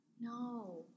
No